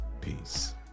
Peace